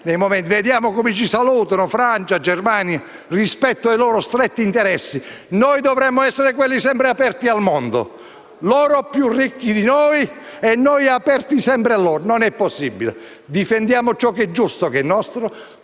Vediamo come ci salutano Francia e Germania rispetto ai loro stretti interessi. Noi dovremmo essere quelli sempre aperti al mondo; loro più ricchi di noi e noi sempre aperti a loro: non è possibile. Difendiamo ciò che è giusto, ciò che è nostro,